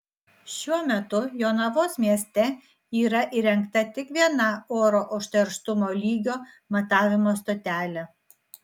šiuo metu jonavos mieste yra įrengta tik viena oro užterštumo lygio matavimo stotelė